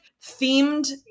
themed